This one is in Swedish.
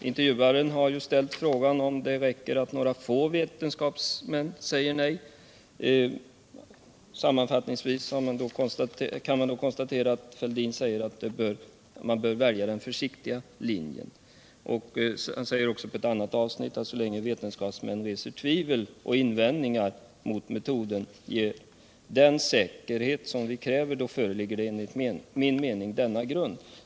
Intervjuaren ställde frågan om det räcker att några få vetenskapsmän säger nej. Sammanfattningsvis kan man då konstatera att herr Fälldin svarade att man bör välja den försiktiga linjen. Han sade också i ett annat avsnitt att så länge vetenskapsmän reser tvivel och invändningar mot att metoden ger ”den säkerhet som vi kräver föreligger enligt min mening denna grund”.